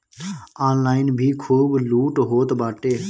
online भी खूब लूट होत बाटे